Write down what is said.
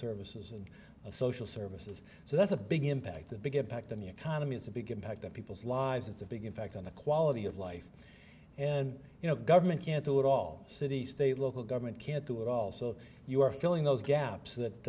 services and social services so that's a big impact that big impact on the economy it's a big impact on people's lives it's a big impact on the quality of life and you know government can't do it all city state local government can't do it all so you are filling those gaps that